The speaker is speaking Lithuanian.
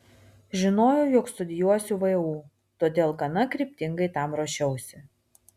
žinojau jog studijuosiu vu todėl gana kryptingai tam ruošiausi